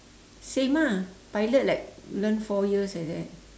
same ah pilot like learn four years like that